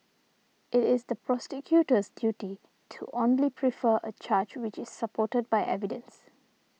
it is the prosecutor's duty to only prefer a charge which is supported by evidence